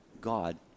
God